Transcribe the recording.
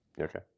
okay